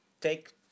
take